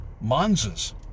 Monza's